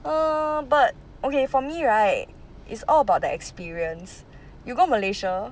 err but okay for me right is all about the experience you go malaysia